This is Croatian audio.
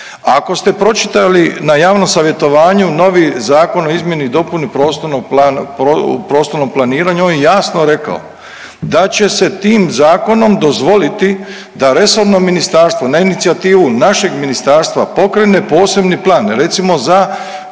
Ako ste pročitali na javnom savjetovanju novi Zakon o izmjeni i dopuni prostornog plana, prostornom planiranju on je jasno rekao da će se tim zakonom dozvoliti da resorno ministarstvo na inicijativu našeg ministarstva pokrene posebni plan recimo za